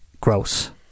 Gross